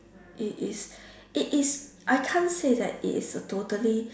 it is it is I can't say that it is a totally